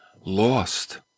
Lost